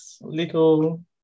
little